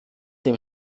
dem